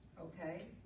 Okay